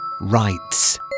Rights